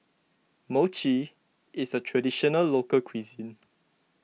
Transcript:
Mochi is a Traditional Local Cuisine